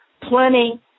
plenty